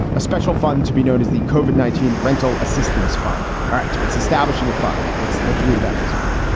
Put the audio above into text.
a special fund to be known as the cauvin nineteen rental assistance fund. all right. so it's establishing a fund. let's let's read about this fund.